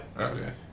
Okay